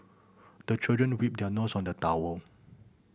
the children wipe their nose on the towel